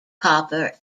copper